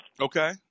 Okay